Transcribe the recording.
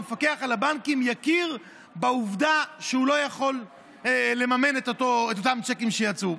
המפקח על הבנקים יכיר בעובדה שהוא לא יכול לממן את אותם צ'קים שיצאו.